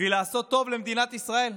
בשביל לעשות טוב למדינת ישראל.